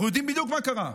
אנחנו יודעים בדיוק מה קרה.